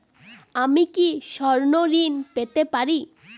আমি কি স্বর্ণ ঋণ পেতে পারি?